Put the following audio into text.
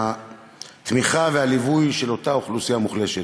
התמיכה והליווי של אותה אוכלוסייה מוחלשת.